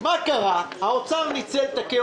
זאת הנחיה שכבר ניתנה אצלנו